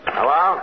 Hello